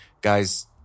guys